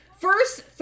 first